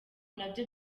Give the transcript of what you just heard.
nabyo